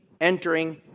entering